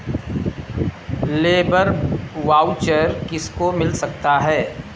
Labour voucher किसको मिल सकता है?